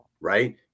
Right